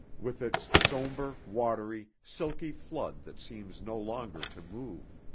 with its somber, watery, silky flood that seems no longer to move.